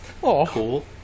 cool